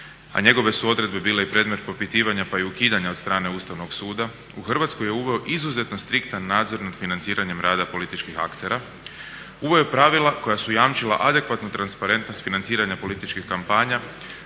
a njegove su odredbe bile i predmet propitivanja pa i ukidanja od strane Ustavnog suda u Hrvatskoj je uveo izuzetno striktan nadzor nad financiranjem rada političkih aktera. Uveo je pravila koja su jamčila adekvatnu transparentnost financiranja političkih kampanja